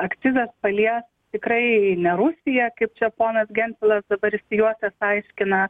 akcizas palies tikrai ne rusiją kaip čia ponas gentvilas dabar išsijuosęs aiškina